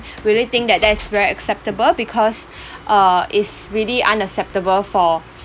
really think that that's very acceptable because uh it's really unacceptable for